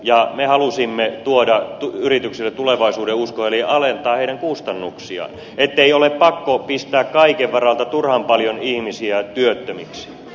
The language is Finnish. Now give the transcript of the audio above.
mutta me halusimme tuoda yrityksille tulevaisuudenuskon eli alentaa heidän kustannuksiaan ettei ole pakko pistää kaiken varalta turhan paljon ihmisiä työttömiksi